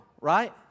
right